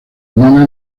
humana